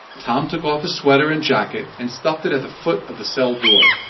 tom took off his sweater and jacket and stuffed it at the foot of the cell door.